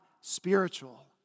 spiritual